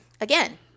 Again